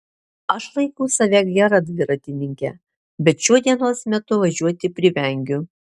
aš laikau save gera dviratininke bet šiuo dienos metu važiuoti privengiu